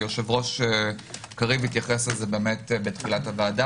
היושב-ראש התייחס לזה בתחילת הישיבה.